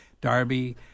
darby